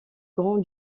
grand